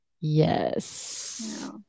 Yes